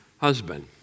husband